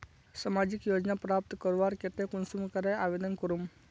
सामाजिक योजना प्राप्त करवार केते कुंसम करे आवेदन करूम?